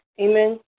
Amen